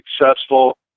successful